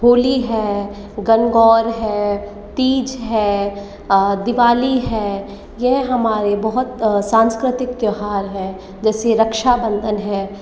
होली है गनगौर है तीज है दिवाली है यह हमारे बहुत सांस्कृतिक त्योहार है जैसे रक्षाबंधन है